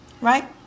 right